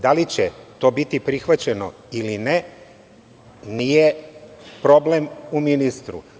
Da li će to biti prihvaćeno ili ne, nije problem u ministru.